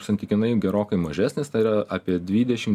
santykinai gerokai mažesnis tai yra apie dvidešim